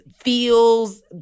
feels